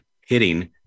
hitting